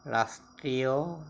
ৰাষ্ট্ৰীয়